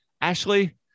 Ashley